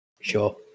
Sure